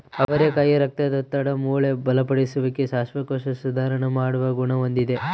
ಅವರೆಕಾಯಿ ರಕ್ತದೊತ್ತಡ, ಮೂಳೆ ಬಲಪಡಿಸುವಿಕೆ, ಶ್ವಾಸಕೋಶ ಸುಧಾರಣ ಮಾಡುವ ಗುಣ ಹೊಂದಿದೆ